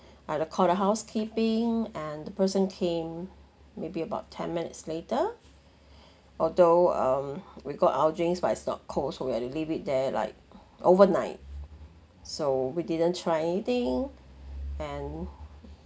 I uh called a housekeeping and the person came maybe about ten minutes later although um we got our drinks but it's not cold so we have to leave it there like overnight so we didn't try anything and